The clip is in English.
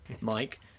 Mike